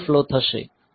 તો move ATL0 લખીએ